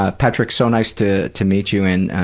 ah patrick, so nice to to meet you, and,